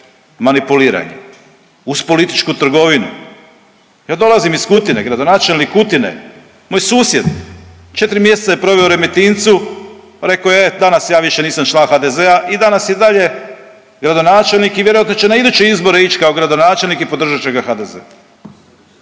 manipuliranje uz političku trgovinu. Ja dolazim iz Kutine, gradonačelnik Kutine, moj susjed, 4 mjeseca je proveo u Remetincu, rekao je, e, od danas ja više nisam član HDZ-a i danas i dalje gradonačelnik i vjerojatno će na iduće izbore ići kao gradonačelnik i podržat će ga HDZ.